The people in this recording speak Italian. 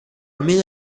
almeno